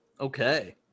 Okay